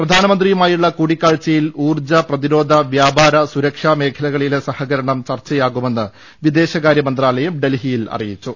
പ്രധാനമന്ത്രിയുമായുള്ള കൂടിക്കാഴ്ചയിൽ ഊർജ പ്രതിരോധ വ്യാപാര സുരക്ഷാ മേഖലകളിലെ സഹകരണം ചർച്ചയാകുമെന്ന് വിദേശകാര്യ മന്ത്രാലയം ഡൽഹിയിൽ അറിയിച്ചു